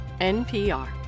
NPR